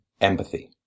empathy